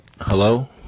Hello